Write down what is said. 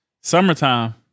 Summertime